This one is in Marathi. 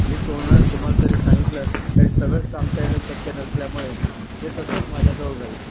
मी तोमा तुम्हाला जरी सांगितलं तरी सगळं सांगता येणं शक्य नसल्यामुळे ते तसंच माझ्याजवळ राहील